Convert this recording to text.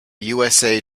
usa